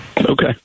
Okay